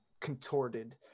Contorted